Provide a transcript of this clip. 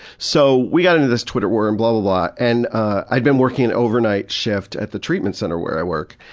so we had and this twitter war and blah blah blah, and i'd been working an overnight shift at the treatment center where i work,